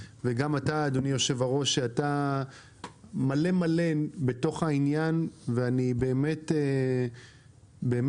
וגם אתה אדוני היו"ר שאתה מלא מלא בתוך העניין ואני באמת מקווה